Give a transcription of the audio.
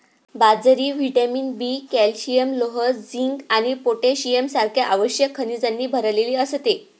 बाजरी vitamin B, calcium, लोह, zinc आणि पोटॅशियम सारख्या आवश्यक खनिजांनी भरलेली असते